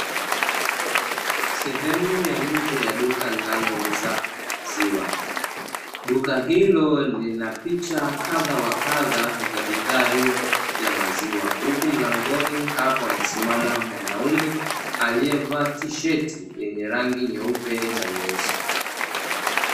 Sehemu ya nje ya duka linalouza maziwa. Duka hilo lina picha kadha wa kadha za bidhaa hiyo ya maziwa, huku mlangoni hapo amesimama mwanaume aliyevaa tisheti yenye rangi nyeupe na nyeusi.